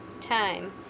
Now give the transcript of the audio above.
time